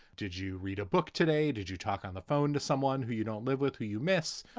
did you read a book today? did you talk on the phone to someone who you don't live with, who you miss,